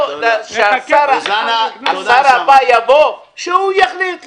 השר הבא יבוא, שהוא יחליט.